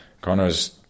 Connor's